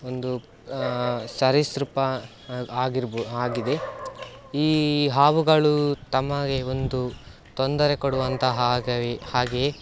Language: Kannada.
ಒಂದು ಸರೀಸೃಪ ಆಗಿರ ಆಗಿದೆ ಈ ಹಾವುಗಳು ತಮಗೆ ಒಂದು ತೊಂದರೆ ಕೊಡುವಂಥ ಹಾಗೆಯೇ ಹಾಗೆಯೇ